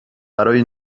برای